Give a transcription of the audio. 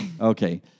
Okay